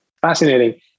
fascinating